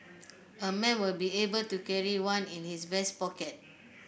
a man will be able to carry one in his vest pocket